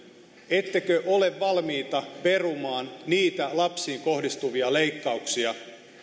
ettekö ole valmiita perumaan niitä lapsiin kohdistuvia leikkauksia